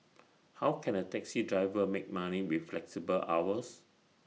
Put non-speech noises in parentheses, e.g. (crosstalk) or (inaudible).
(noise) how can A taxi driver make money with flexible hours